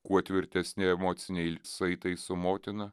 kuo tvirtesni emociniai saitai su motina